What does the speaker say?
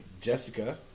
Jessica